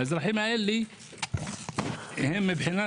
האזרחים האלה הם מבחינת,